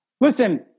Listen